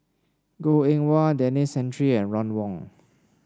Goh Eng Wah Denis Santry and Ron Wong